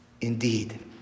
Indeed